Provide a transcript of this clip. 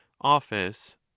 office